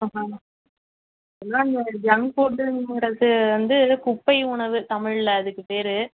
ஆஹா எல்லாம் இந்த ஜங் ஃபுட்ங்கோடயது வந்து குப்பை உணவு தமிழில் அதுக்குப்பேர்